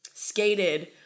Skated